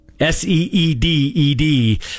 S-E-E-D-E-D